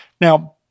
Now